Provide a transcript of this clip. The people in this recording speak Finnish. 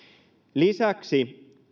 lisäksi